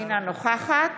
אינה נוכחת